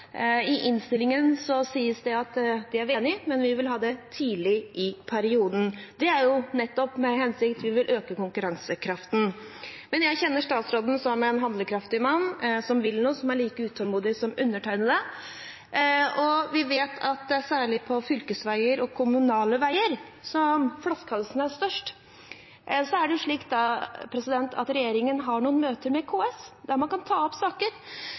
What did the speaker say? i Nasjonal transportplan. I innstillingen sies det at det er vi enig i, men vi vil ha det tidlig i perioden, nettopp med den hensikt å øke konkurransekraften. Men jeg kjenner statsråden som en handlekraftig mann, som vil noe, som er like utålmodig som undertegnede, og vi vet at det er særlig på fylkesveier og kommunale veier at flaskehalsen er størst. Så er det slik at regjeringen har noen møter med KS der man kan ta opp saker.